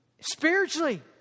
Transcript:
spiritually